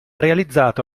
realizzato